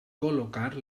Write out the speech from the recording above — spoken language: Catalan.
col·locar